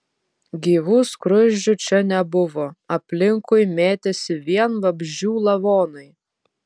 gyvų skruzdžių čia nebuvo aplinkui mėtėsi vien vabzdžių lavonai